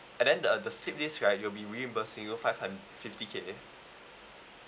and then uh the slip disc right we will be reimbursed you five hund~ fifty K